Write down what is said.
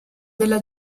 della